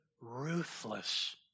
ruthless